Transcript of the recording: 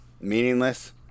meaningless